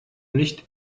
nicht